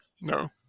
No